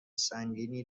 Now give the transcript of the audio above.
سنگینی